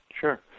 Sure